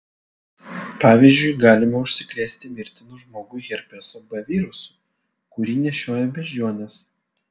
pavyzdžiui galima užsikrėsti mirtinu žmogui herpeso b virusu kurį nešioja beždžionės